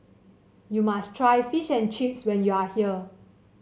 you must try Fish and Chips when you are here